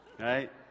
right